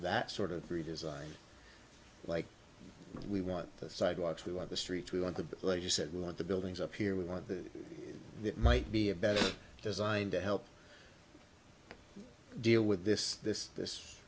that sort of three design like we want the sidewalks we want the streets we want the like you said we want the buildings up here we want the that might be a better designed to help deal with this this this